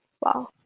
wow